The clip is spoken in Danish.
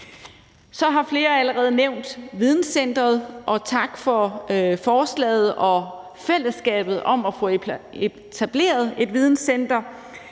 Så har flere allerede nævnt videnscenteret, og tak for forslaget og fællesskabet om at få etableret et videnscenter.